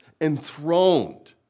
enthroned